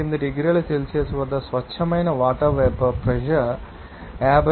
8 డిగ్రీల సెల్సియస్ వద్ద స్వచ్ఛమైన వాటర్ వేపర్ ప్రెషర్ 54